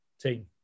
team